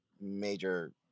major